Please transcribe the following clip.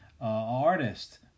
artist